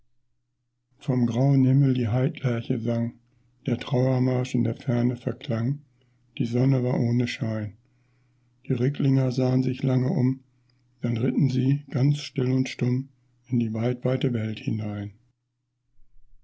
vom grauen himmel die heidlerche sang der trauermarsch in der ferne verklang die sonne war ohne schein die ricklinger sahen sich lange um dann ritten sie ganz still und stumm in die weitweite welt hinein